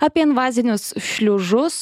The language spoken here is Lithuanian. apie invazinius šliužus